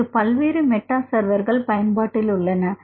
இங்கு பல்வேறு மெட்டா சர்வர்கள் பயன்பாட்டில் உள்ளன